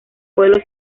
pueblo